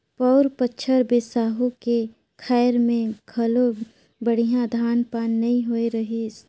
पउर बछर बिसाहू के खायर में घलो बड़िहा धान पान नइ होए रहीस